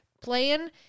playing